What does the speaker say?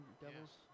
devils